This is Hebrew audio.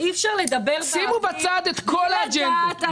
אי אפשר לדבר באוויר בלי לדעת על מה בדיוק.